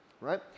Right